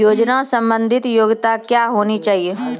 योजना संबंधित योग्यता क्या होनी चाहिए?